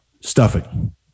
stuffing